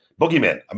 Boogeyman